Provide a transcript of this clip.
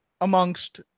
amongst